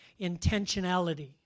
intentionality